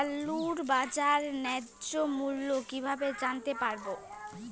আলুর বাজার ন্যায্য মূল্য কিভাবে জানতে পারবো?